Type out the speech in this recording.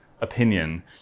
opinion